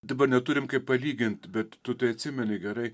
dabar neturim kaip palygint bet tu tai atsimeni gerai